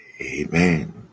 Amen